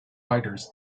fighters